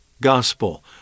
gospel